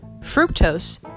fructose